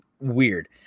weird